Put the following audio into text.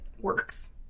works